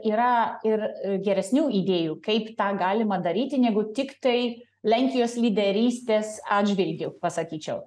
yra ir geresnių idėjų kaip tą galima daryti negu tiktai lenkijos lyderystės atžvilgiu pasakyčiau